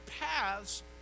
paths